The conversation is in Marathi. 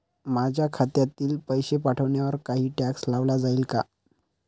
माझ्या खात्यातील पैसे पाठवण्यावर काही टॅक्स लावला जाईल का?